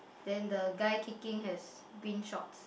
then the guy kicking has green shorts